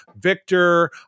Victor